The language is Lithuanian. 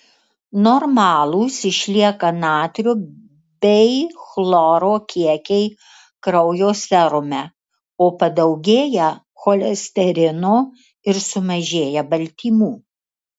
normalūs išlieka natrio bei chloro kiekiai kraujo serume o padaugėja cholesterino ir sumažėja baltymų